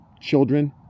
children